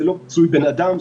זה לא תלוי בן אדם,